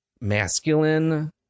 Masculine